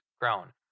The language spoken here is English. grown